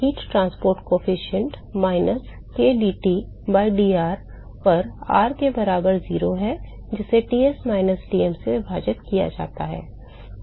उष्मा परिवहन गुणांक माइनस kdT by dr पर r बराबर r0 है जिसे Ts माइनस Tm से विभाजित किया जाता है